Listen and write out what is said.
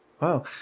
Wow